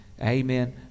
Amen